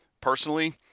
Personally